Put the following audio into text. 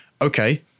okay